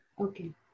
Okay